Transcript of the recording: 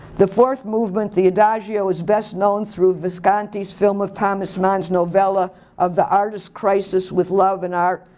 the fourth movement, the adagio, is best known through visconti's film of thomas mann's novella of the artist's crisis with love and art,